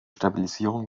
stabilisierung